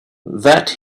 that